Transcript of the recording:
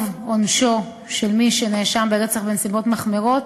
עונשו של מי שנאשם ברצח בנסיבות מחמירות